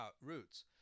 roots